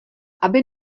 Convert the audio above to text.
aby